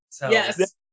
Yes